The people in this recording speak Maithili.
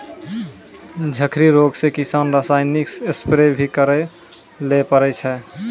झड़की रोग से किसान रासायनिक स्प्रेय भी करै ले पड़ै छै